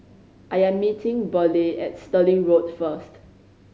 I am meeting Burleigh at Stirling Road first